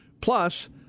Plus